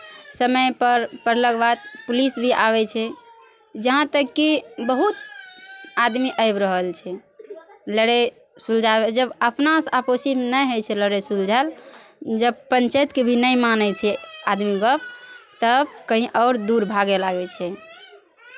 समयपर पड़लाके बाद पुलिस भी आबै छै जहाँ तक कि बहुत आदमी आबि रहल छै लड़ाइ सुलझाबै लए जब अपनासँ आपसी नहि होइ छै लड़ाइ सुलझायल जब पञ्चायतकेँ भी नहि मानै छै आदमी गप्प तब कहीँ आओर दूर भागए लागै छै